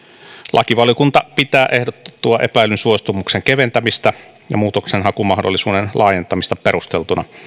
lakivaliokunta pitää ehdotettua epäillyn suostumuksen keventämistä ja muutoksenhakumahdollisuuden laajentamista perusteltuna